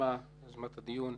היוזמה לדיון.